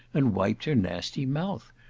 and wiped her nasty mouth!